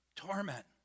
torment